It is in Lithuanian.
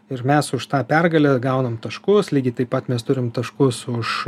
ir mes už tą pergalę gaunam taškus lygiai taip pat mes turim taškus už